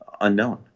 unknown